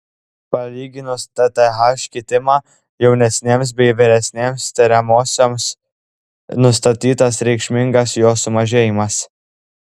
palyginus tth kitimą jaunesnėms bei vyresnėms tiriamosioms nustatytas reikšmingas jo sumažėjimas